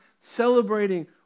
celebrating